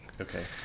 Okay